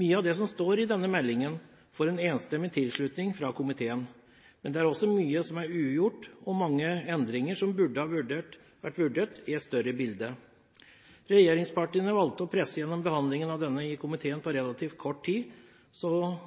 Mye av det som står i denne meldingen, får en enstemmig tilslutning fra komiteen, men det er også mye som er ugjort og mange endringer som burde vært vurdert i et større bilde. Regjeringspartiene valgte å presse gjennom behandlingen i komiteen på relativt kort tid, så